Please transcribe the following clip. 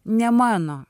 ne mano